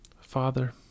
Father